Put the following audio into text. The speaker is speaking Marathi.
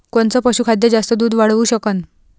कोनचं पशुखाद्य जास्त दुध वाढवू शकन?